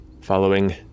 following